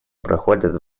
проходят